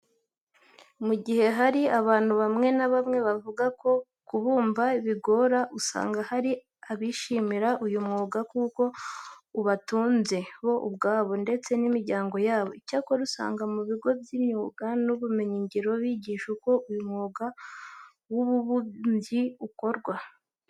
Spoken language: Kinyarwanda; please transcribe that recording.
Mu gihe hari abantu bamwe na bamwe bavuga ko kubumba bigora, usanga hari abishimira uyu mwuga kuko ubatunze bo ubwabo ndetse n'imiryango yabo. Icyakora usanga mu bigo by'imyuga n'ubumenyingiro bigisha uko uyu mwuga w'ububumbyi ukorwa.